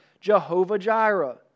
Jehovah-Jireh